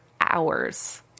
hours